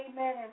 amen